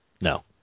No